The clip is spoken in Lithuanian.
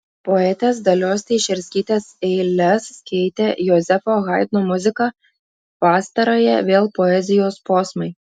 poetės dalios teišerskytės eiles keitė jozefo haidno muzika pastarąją vėl poezijos posmai